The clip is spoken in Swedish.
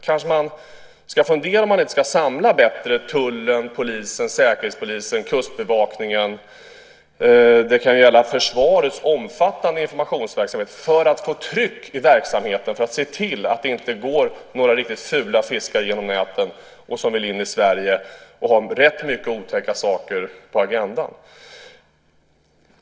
Kanske man ska fundera på om man inte bättre ska samla tullens, polisens, Säkerhetspolisens, Kustbevakningens och försvarets omfattande informationsverksamhet för att få tryck i verksamheten, för att se till att det inte går några riktigt fula fiskar genom näten som vill in i Sverige och har rätt mycket otäcka saker på agendan.